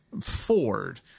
Ford